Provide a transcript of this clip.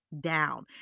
down